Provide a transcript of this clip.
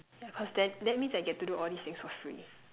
yeah because that that means I get to do all these things for free